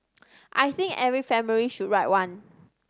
I think every family should write one